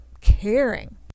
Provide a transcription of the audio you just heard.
caring